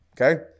Okay